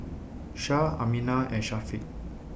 Shah Aminah and Syafiq